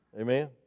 Amen